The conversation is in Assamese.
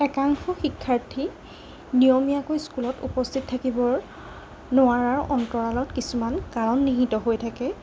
একাংশ শিক্ষাৰ্থী নিয়মীয়াকৈ স্কুলত উপস্থিত থাকিবৰ নোৱাৰাৰ অন্তৰালত কিছুমান কাৰণ নিহিত হৈ থাকে